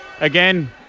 Again